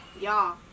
Y'all